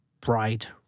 bright